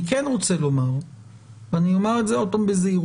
אני כן רוצה לומר - ואני אומר את זה שוב בזהירות